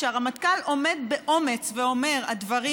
כשהרמטכ"ל עומד באומץ ואומר: הדברים